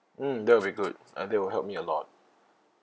mm that'll be good uh that will help me a lot